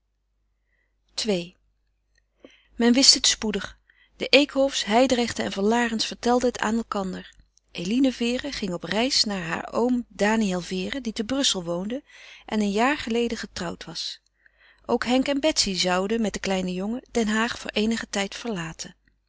ii men wist het spoedig de eekhofs hijdrechten en van larens vertelden het aan elkander eline vere ging op reis naar haar oom daniël vere die te brussel woonde en een jaar geleden getrouwd was ook henk en betsy zouden met den kleinen jongen den haag voor eenigen tijd verlaten